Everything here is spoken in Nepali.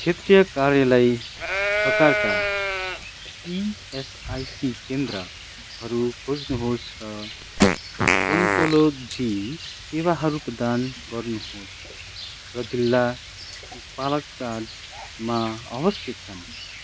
क्षेत्रीय कार्यालय प्रकारका इएसआइसी केन्द्रहरू खोज्नुहोस् र ओन्कोलोजी सेवाहरू प्रदान गर्नुहोस् र जिल्ला पालक्काडमा अवस्थित छन्